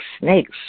snakes